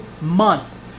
month